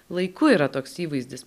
laiku yra toks įvaizdis